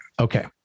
Okay